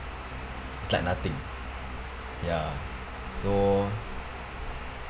is like nothing ya so